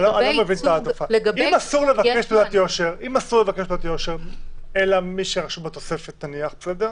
אם אסור לבקש תעודת יושר אז הם לא יכולים לבקש.